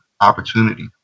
opportunity